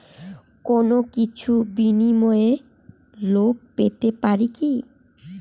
কোনো কিছুর বিনিময়ে লোন পেতে পারি কি?